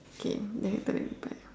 okay then later then we buy